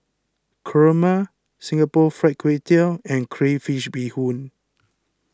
Kurma Singapore Fried Kway Tiao and Crayfish BeeHoon